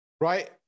right